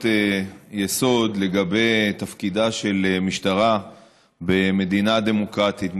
יסוד לגבי תפקידה של משטרה במדינה דמוקרטית.